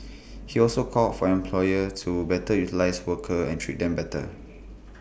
he also called for employers to better utilise workers and treat them better